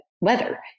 weather